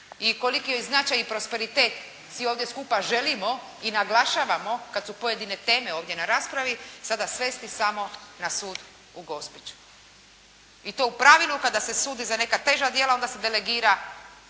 i koliki joj značaj i prosperitet, svi ovdje skupa želimo i naglašavamo kad su pojedine teme ovdje na raspravi sada svesti samo na sud u Gospiću i to u pravilu kada se sudi za neka teža djela, onda se delegira